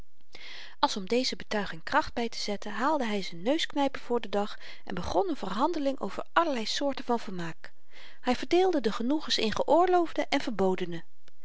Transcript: als om deze betuiging kracht bytezetten haalde hy z'n neusknyper voor den dag en begon n verhandeling over allerlei soorten van vermaak hy verdeelde de genoegens in geoorloofde en verbodene